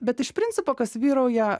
bet iš principo kas vyrauja